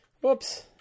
Whoops